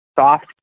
soft